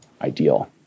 ideal